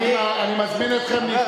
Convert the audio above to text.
אני מזמין אתכם להיפגש,